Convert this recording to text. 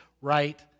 right